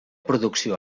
producció